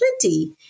Plenty